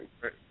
right